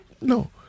no